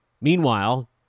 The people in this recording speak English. Meanwhile